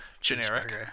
Generic